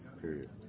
Period